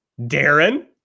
Darren